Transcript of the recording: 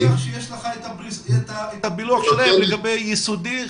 אני מניח שיש לך את הפילוח שלהם לגבי יסודי,